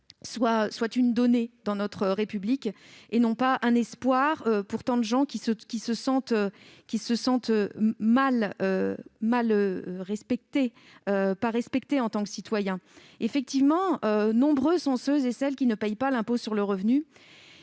soit une donnée réelle dans notre République, et non pas un espoir pour tant de gens qui ne se sentent pas respectés en tant que citoyens. Effectivement, nombreux sont ceux et celles qui ne payent pas l'impôt sur le revenu,